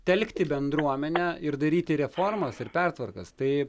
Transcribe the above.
telkti bendruomenę ir daryti reformas ir pertvarkas tai